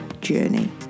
journey